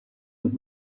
und